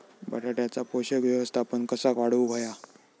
बटाट्याचा पोषक व्यवस्थापन कसा वाढवुक होया?